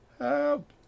Help